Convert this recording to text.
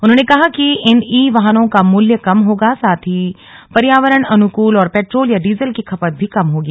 उन्होंने कहा कि इन ई वाहनों का मूल्य कम होगा साथ ही पर्यावरण अनुकूल और पेट्रोल या डीजल की खपत भी कम होगी